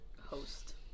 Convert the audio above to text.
host